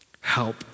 Help